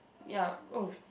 ya oh